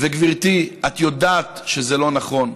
וגברתי, את יודעת שזה לא נכון.